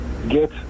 get